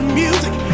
music